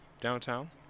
downtown